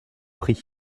pris